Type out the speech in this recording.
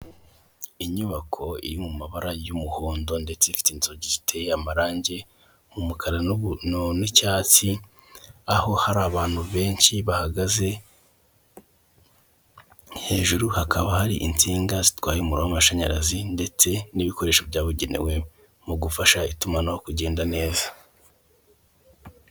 Inyubako iri mu mabara y'umuhondo ndetse ifite inzugi ziteye amarangi umukara n'ubu n'icyatsi, aho hari abantu benshi bahagaze hejuru hakaba hari insinga zitwaye umuriro w'amashanyarazi, ndetse n'ibikoresho byabugenewe mu gufasha itumanaho kugenda neza.